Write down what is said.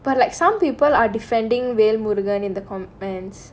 but like some people are defending velmurugan in the comments